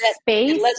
space